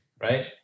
right